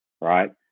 right